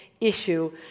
issue